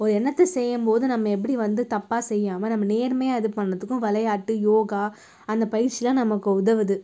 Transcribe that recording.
ஒரு எண்ணத்தை செய்யும் போது நம்ம எப்படி வந்து தப்பாக செய்யாமல் நம்ம நேர்மையாக இது பண்ணத்துக்கு விளையாட்டு யோகா அந்த பயிற்சியெலாம் நமக்கு உதவுது